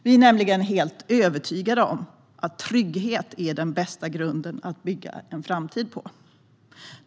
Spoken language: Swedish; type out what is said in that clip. Vi är nämligen helt övertygade om att trygghet är den bästa grunden att bygga en framtid på.